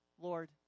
Lord